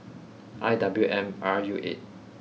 I W M R U eight